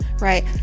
right